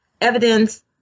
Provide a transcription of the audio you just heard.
evidence